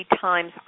times